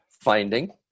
finding